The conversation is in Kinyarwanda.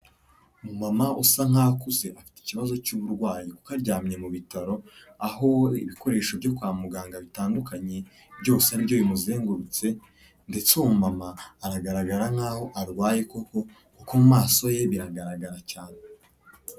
Umumama usa nk'aho akuze afite ikibazo cy'uburwayi kuko aryamye mu bitaro, aho ibikoresho byo kwa muganga bitandukanye byose nibyo bimuzengurutse ndetse uwo mumama aragaragara nk'aho arwaye koko kuko mu maso ye biragaragara cyane.